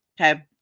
Okay